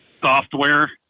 software